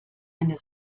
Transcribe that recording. eine